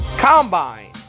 combine